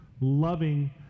Loving